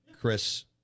Chris